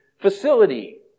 facility